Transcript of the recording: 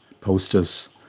posters